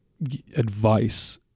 advice